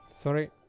Sorry